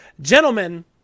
gentlemen